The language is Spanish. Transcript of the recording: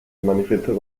manifiesto